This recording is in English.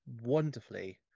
wonderfully